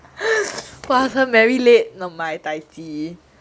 who ask her marry late not my dai ji